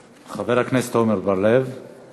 חבר הכנסת עמר בר-לב, בבקשה.